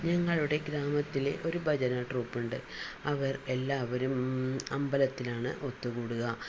ഞങ്ങളുടെ ഗ്രാമത്തിൽ ഒരു ഭജന ട്രൂപ്പ് ഉണ്ട് അവർ എല്ലാവരും അമ്പലത്തിലാണ് ഒത്തു കൂടുക